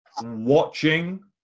watching